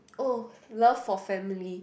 oh love for family